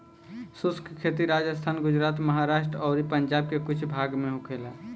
शुष्क खेती राजस्थान, गुजरात, महाराष्ट्र अउरी पंजाब के कुछ भाग में होखेला